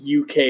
UK